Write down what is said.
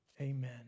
Amen